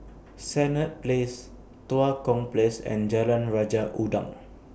Senett Place Tua Kong Place and Jalan Raja Udang